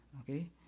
Okay